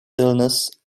illness